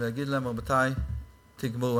ולהגיד להם: רבותי, תגמרו.